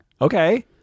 Okay